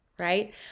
right